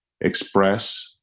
express